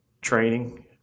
training